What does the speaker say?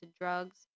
drugs